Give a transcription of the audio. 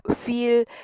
feel